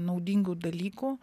naudingų dalykų